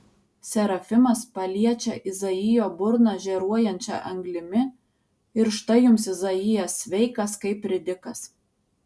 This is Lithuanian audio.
serafimas paliečia izaijo burną žėruojančia anglimi ir štai jums izaijas sveikas kaip ridikas